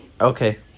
Okay